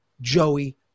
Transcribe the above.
Joey